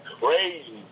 Crazy